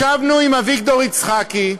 ישבנו עם אביגדור יצחקי,